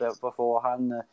beforehand